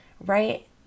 right